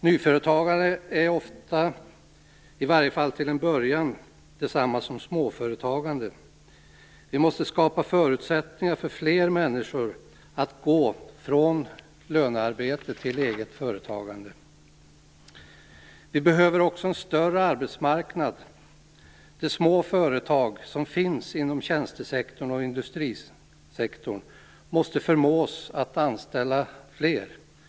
Nyföretagande är oftast i varje fall till en början detsamma som småföretagande. Vi måste skapa förutsättningar för fler människor att gå från lönearbete till egenföretagande. Det behövs också en större arbetsmarknad. De små företag som finns inom tjänstesektorn och industrisektorn måste förmås att anställa fler och att expandera.